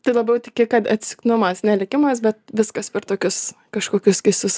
tai labiau tiki kad atsitiktinumas ne likimas bet viskas per tokius kažkokius keistus